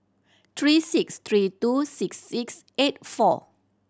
three six three two six six eight four